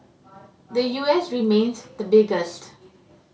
the U S remained the biggest